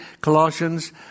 Colossians